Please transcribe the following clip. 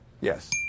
Yes